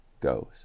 goes